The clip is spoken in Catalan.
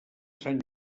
sant